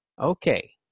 Okay